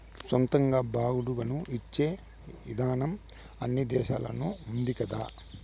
సొంతంగా బాడుగకు ఇచ్చే ఇదానం అన్ని దేశాల్లోనూ ఉన్నాది కదా